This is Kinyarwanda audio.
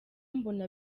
mbona